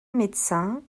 médecin